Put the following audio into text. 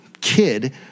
kid